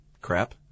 crap